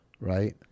Right